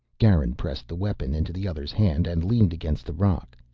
garin pressed the weapon into the other's hand and leaned against the rock.